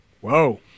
Whoa